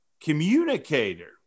communicator